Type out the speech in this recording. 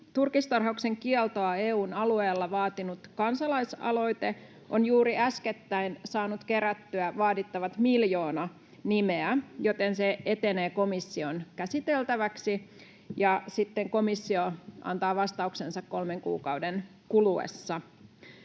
Turkistarhauksen kieltoa EU:n alueella vaatinut kansalaisaloite on juuri äskettäin saanut kerättyä vaadittavat miljoona nimeä, joten se etenee komission käsiteltäväksi, ja sitten komissio antaa vastauksensa 3 kuukauden kuluessa.